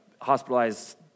hospitalized